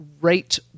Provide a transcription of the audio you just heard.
rate